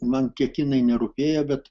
man tie kinai nerūpėjo bet